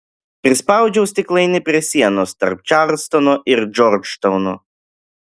prispaudžiau stiklainį prie sienos tarp čarlstono ir džordžtauno